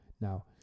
now